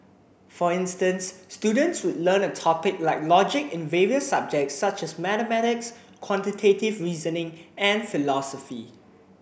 for instance students would learn a topic like logic in various subjects such as mathematics quantitative reasoning and philosophy